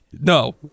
no